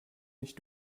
mich